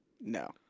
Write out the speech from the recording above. No